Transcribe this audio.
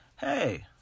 hey